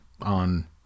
on